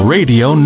Radio